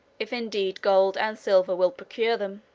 if indeed gold and silver will procure them.